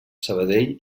sabadell